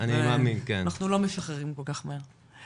אנחנו לא משחררים כל כך מהר.